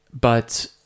But-